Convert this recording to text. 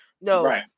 no